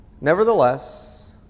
Nevertheless